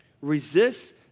resist